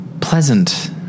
pleasant